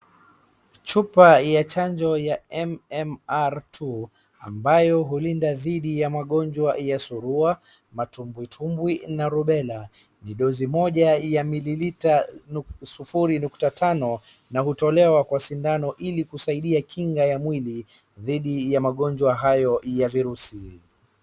Chupa ya chanjo ya MRR2 ambayo hulinda dhidi ya magonjwa ya surua, matumbwitumbwi na rubela. Ni dozi moja ya mililita sufuri nukta tano na hutolewa kwa sindano ili kusaidia kinga ya mwili dhidi ya magonjwa hayo ya virusi.